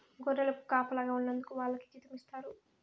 గొర్రెలకు కాపలాగా ఉన్నందుకు వాళ్లకి జీతం ఇస్తారు